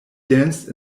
danced